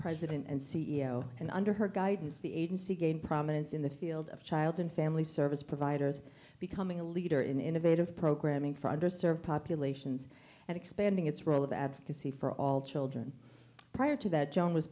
president and c e o and under her guidance the agency gained prominence in the field of child and family service providers becoming a leader in innovative programming for underserved populations and expanding its role of advocacy for all children prior to that joan was